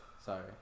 Sorry